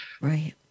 Right